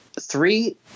three